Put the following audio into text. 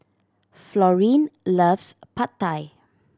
Florene loves Pad Thai